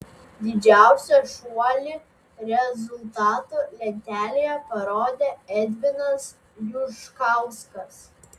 didžiausią šuolį rezultatų lentelėje parodė edvinas juškauskas